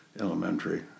Elementary